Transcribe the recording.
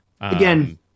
Again